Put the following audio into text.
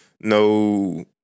no